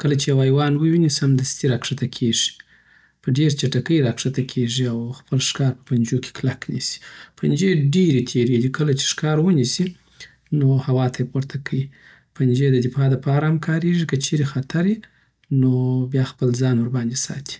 کله چې یو حیوان وویني، سمد دستی را کښته کیږی په ډیره چټکی را کښته کیږی اوخپل ښکار په خپلو پنجو کی کلک نیسی پنجی یی ډیری تیری دی او کله چی ښکار ونیسی هوا ته یی پورته کوی پنجې‌یې د دفاع لپاره هم کارېږي، که چیری خطر وي نو بیا خپل ځان ورباندی ساتی